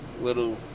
little